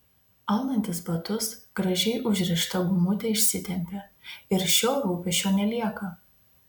aunantis batus gražiai užrišta gumutė išsitempia ir šio rūpesčio nelieka